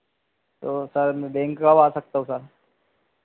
तो सर मैं बैंक कब आ सकता हूँ सर